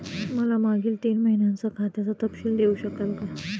मला मागील तीन महिन्यांचा खात्याचा तपशील देऊ शकाल का?